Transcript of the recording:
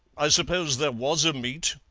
i suppose there was a meet,